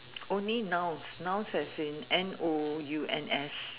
only nouns nouns as in N O U N S